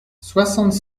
soixante